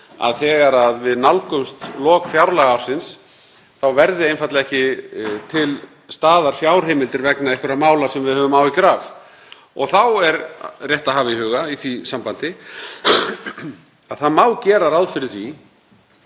að þegar við nálgumst lok fjárlagaársins verði einfaldlega ekki til staðar fjárheimildir vegna einhverra mála sem við höfum áhyggjur af. Þá er rétt að hafa í huga í því sambandi að það má gera ráð fyrir því